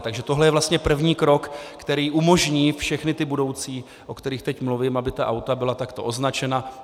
Takže tohle je vlastně první krok, který umožní všechny ty budoucí, o kterých teď mluvím, aby ta auta byla takto označena.